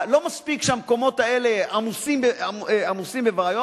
לא מספיק שהמקומות האלה עמוסים בבעיות,